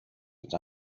its